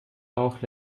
bauch